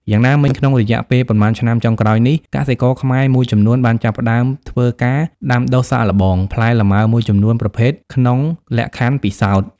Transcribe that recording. យ៉ាងណាមិញ ក្នុងរយៈពេលប៉ុន្មានឆ្នាំចុងក្រោយនេះ កសិករខ្មែរមួយចំនួនបានចាប់ផ្តើមធ្វើការ ដាំដុះសាកល្បង ផ្លែលម៉ើមួយចំនួនប្រភេទក្នុងលក្ខខណ្ឌពិសោធន៍។